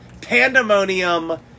Pandemonium